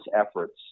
efforts